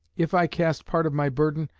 if i cast part of my burden,